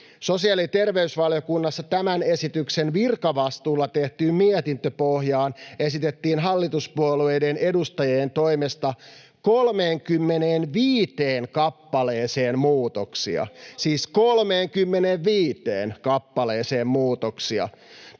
sosiaali- ja terveysvaliokunnassa tämän esityksen virkavastuulla tehtyyn mietintöpohjaan esitettiin hallituspuolueiden edustajien toimesta 35 kappaleeseen muutoksia, siis 35 kappaleeseen muutoksia,